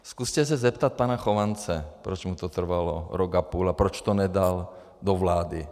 Zkuste se zeptat pana Chovance, proč mu to trvalo rok a půl a proč to nedal do vlády.